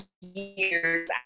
years